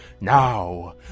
Now